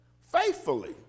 faithfully